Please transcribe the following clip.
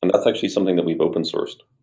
and it's actually something that we've open sourced